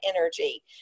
energy